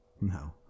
No